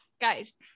Guys